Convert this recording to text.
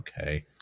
okay